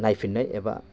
नायफिननाय एबा